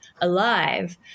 alive